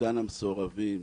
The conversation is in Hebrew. מתקן המסורבים,